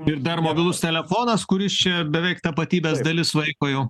ir dar mobilus telefonas kuris čia beveik tapatybės dalis vaiko jau